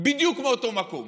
בדיוק מאותו מקום.